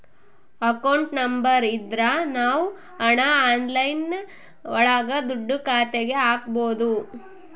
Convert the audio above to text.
account number ಇದ್ರ ನಾವ್ ಹಣ ಆನ್ಲೈನ್ ಒಳಗ ದುಡ್ಡ ಖಾತೆಗೆ ಹಕ್ಬೋದು